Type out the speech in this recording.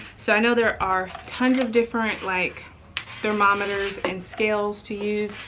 so i know there are tons of different like thermometers and scales to use.